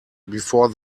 before